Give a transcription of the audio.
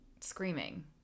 screaming